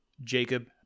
Jacob